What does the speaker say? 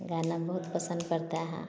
गाना बहुत पसंद पड़ता है